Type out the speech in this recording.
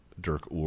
Dirk